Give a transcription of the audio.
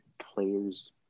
players